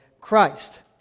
Christ